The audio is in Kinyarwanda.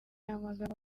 amagambo